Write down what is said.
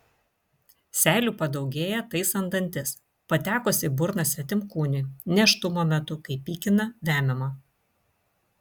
seilių padaugėja taisant dantis patekus į burną svetimkūniui nėštumo metu kai pykina vemiama